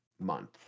Month